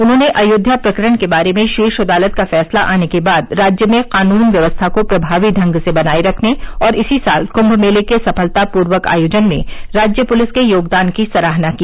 उन्होंने अयोध्या प्रकरण के बारे में शीर्ष अदालत का फैसला आने के बाद राज्य में कानून व्यवस्था को प्रभावी ढंग से बनाये रखने और इसी साल कुंभ मेले के सफलता पूर्वक आयोजन में राज्य पुलिस के योगदान की सराहना की